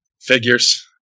Figures